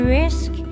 risk